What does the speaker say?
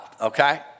okay